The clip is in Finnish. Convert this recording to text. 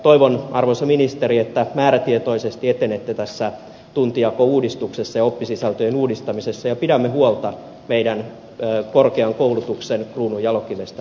toivon arvoisa ministeri että määrätietoisesti etenette tässä tuntijakouudistuksessa ja oppisisältöjen uudistamisessa ja näin pidämme huolta meidän korkean koulutustasomme kruununjalokivestä perusopetuksesta